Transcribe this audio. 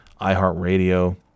iHeartRadio